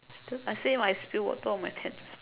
I say I spill water on my pants